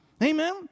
Amen